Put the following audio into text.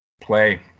play